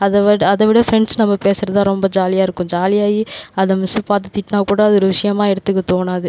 அதை விட் அதை விட ஃப்ரெண்ட்ஸ் நம்ம பேசுறது தான் ரொம்ப ஜாலியாயிருக்கும் ஜாலியாகி அதை மிஸ் பார்த்து திட்டினா கூட அது ஒரு விஷயமாக எடுத்துக்க தோணாது